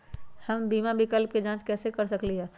हम बीमा विकल्प के जाँच कैसे कर सकली ह?